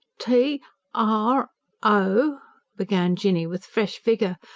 t r o began jinny with fresh vigour.